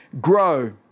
grow